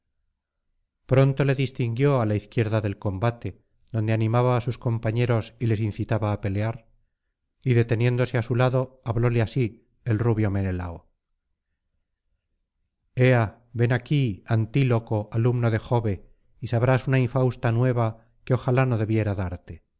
pronto le distinguió á la izquierda del combate donde animaba á sus compañeros y les incitaba á pelear y deteniéndose á su lado hablóle así el rubio menelao ea ven aquí antíloco alumno de jove y sabrás una infausta nueva que ojalá no debiera darte